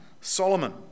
Solomon